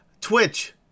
Twitch